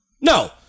No